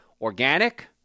organic